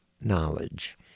knowledge